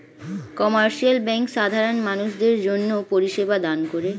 commercial bank সাধারণ মানুষদের জন্যে পরিষেবা দান করে